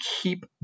keep